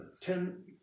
ten